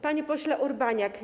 Panie Pośle Urbaniak!